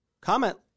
Comment